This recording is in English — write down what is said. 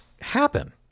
happen